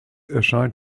erscheint